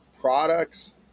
products